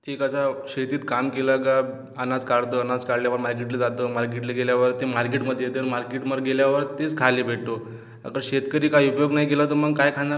ते कसं शेतीत काम केलं का अनाज काढतं अनाज काढल्यावर मार्केटले जातं मार्केटले गेल्यावर ते मार्केटमदे येतं मार्केटवर गेल्यावर तेच खायले भेटतो आता शेतकरी काही उद्योग नाही केला तर मग काय खाणार